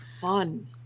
Fun